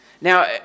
Now